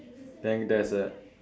then there's a